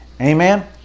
amen